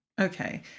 okay